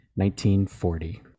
1940